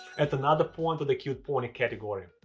add another point to the cute pony category.